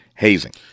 Hazing